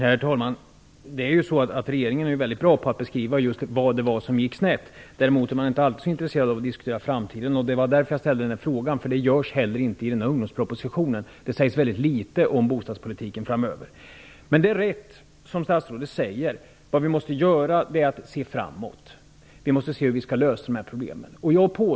Herr talman! Regeringen är väldigt bra på att beskriva vad det var som gick snett. Däremot är den inte alltid så intresserad av att diskutera framtiden. Det var därför som jag ställde frågan. Det görs heller inte i Ungdomspropositionen, och det sägs mycket litet om bostadspolitiken framöver. Det är rätt som statsrådet säger. Det vi måste göra är att se framåt. Vi måste se hur vi skall lösa dessa problem.